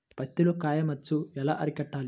పత్తిలో కాయ మచ్చ ఎలా అరికట్టాలి?